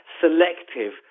selective